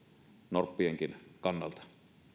norppienkin kannalta